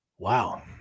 Wow